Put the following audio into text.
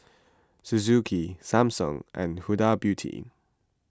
Suzuki Samsung and Huda Beauty